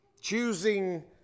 Choosing